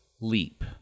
Leap